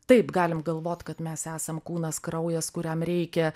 taip galim galvot kad mes esam kūnas kraujas kuriam reikia